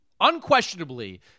unquestionably